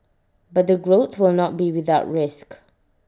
but the growth will not be without risk